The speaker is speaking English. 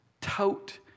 tout